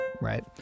right